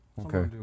Okay